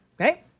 Okay